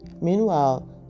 meanwhile